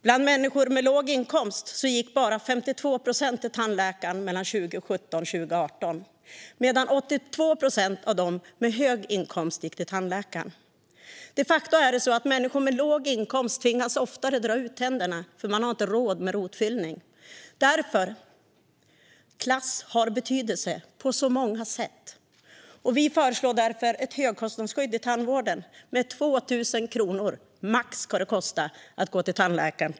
Bland människor med låg inkomst gick mellan 2017 och 2018 bara 52 procent till tandläkaren, medan 82 procent av dem med hög inkomst gick till tandläkaren. Människor med låg inkomst tvingas de facto oftare dra ut tänderna då de inte har råd med rotfyllning. Klass har betydelse på så många sätt, och därför föreslår vi ett högkostnadsskydd inom tandvården. Det ska kosta max 2 000 kronor per år att gå till tandläkaren.